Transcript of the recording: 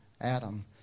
Adam